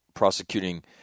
prosecuting